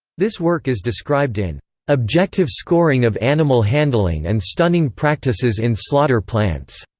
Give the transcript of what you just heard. this work is described in objective scoring of animal handling and stunning practices in slaughter plants,